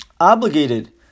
obligated